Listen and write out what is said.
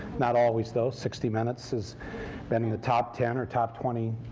not always, though. sixty minutes has been in the top ten or top twenty